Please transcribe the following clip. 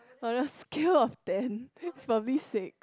on a scale of ten is probably six